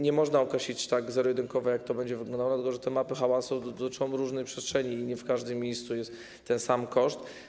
Nie można określić zero-jedynkowo, jak to będzie wyglądało, dlatego że mapy hałasu dotyczą różnych przestrzeni i nie w każdym miejscu jest ten sam koszt.